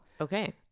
Okay